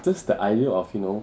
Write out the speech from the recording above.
just the idea of you know